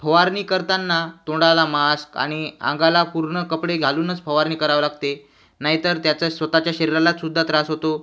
फवारणी करताना तोंडाला मास्क आणि अंगाला पूर्ण कपडे घालूनच फवारणी करावी लागते नाहीतर त्याचा स्वतःच्या शरीरालासुद्धा त्रास होतो